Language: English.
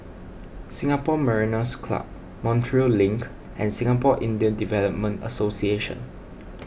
Singapore Mariners' Club Montreal Link and Singapore Indian Development Association